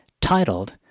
titled